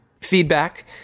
feedback